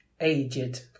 Aged